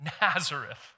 Nazareth